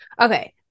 Okay